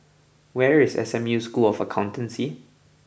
where is S M U School of Accountancy